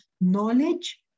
knowledge